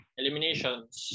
eliminations